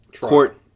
court